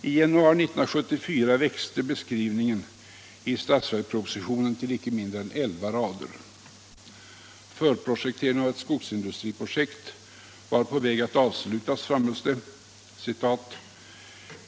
I januari 1974 växte beskriv ningen i statsverkspropositionen till icke mindre än elva rader. Man framhöll att förprojekteringen av ett skogsindustriprojekt var på väg att avslutas.